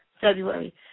February